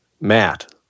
Matt